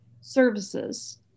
services